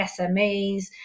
SMEs